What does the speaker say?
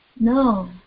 No